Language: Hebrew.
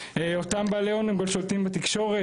אותם בעלי הון הם גם שולטים בתקשורת,